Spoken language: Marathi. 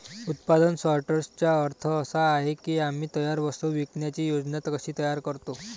उत्पादन सॉर्टर्सचा अर्थ असा आहे की आम्ही तयार वस्तू विकण्याची योजना कशी तयार करतो